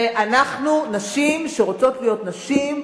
אנחנו נשים שרוצות להיות נשים,